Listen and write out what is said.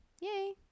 Yay